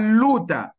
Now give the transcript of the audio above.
luta